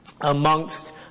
amongst